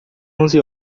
onze